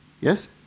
Yes